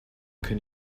can